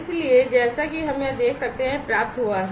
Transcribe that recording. इसलिए जैसा कि हम यहां देख सकते हैं यह प्राप्त हुआ है